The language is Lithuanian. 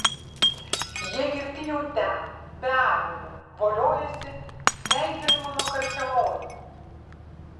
jie girti jau ten be abejo voliojasi feigelmano karčiamoje